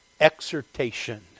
exhortation